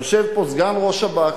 יושב פה סגן ראש השב"כ,